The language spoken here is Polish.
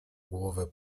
głowę